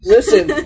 Listen